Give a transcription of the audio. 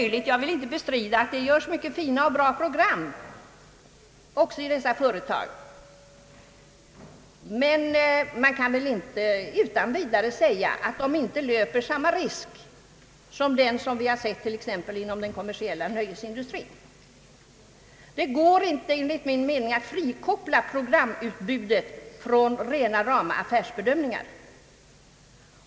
Jag vill inte bestrida att det görs många goda program också av företagen i dessa länder, men man kan väl utan vidare säga att utvecklingen för kommersiell TV kan bli densamma som inom nöjesindustrin. Det går enligt min mening inte att frikoppla programutbudet inom en reklam-TV från rena rama affärsbedömningar.